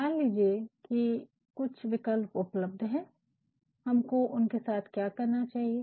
मान लीजिये कि कुछ विकल्प उपलब्ध है हमको उनके साथ क्या करना चाहिए